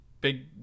big